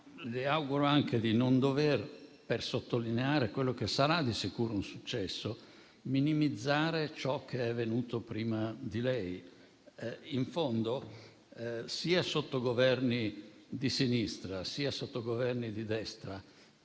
le auguro anche di non dovere, per sottolineare quello che sarà di sicuro un successo, minimizzare ciò che è avvenuto prima di lei. In fondo, sia sotto Governi di sinistra sia sotto Governi di destra,